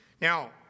Now